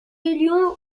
lion